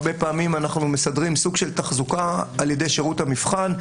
הרבה פעמים אנחנו מסדרים סוג של תחזוקה על ידי שירות המבחן,